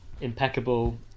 impeccable